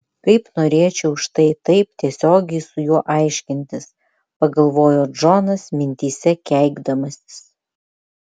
kaip norėčiau štai taip tiesiogiai su juo aiškintis pagalvojo džonas mintyse keikdamasis